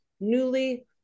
newly